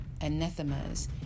anathemas